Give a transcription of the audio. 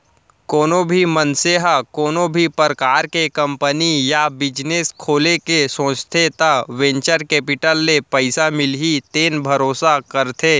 कोनो भी मनसे ह कोनो भी परकार के कंपनी या बिजनेस खोले के सोचथे त वेंचर केपिटल ले पइसा मिलही तेन भरोसा करथे